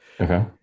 okay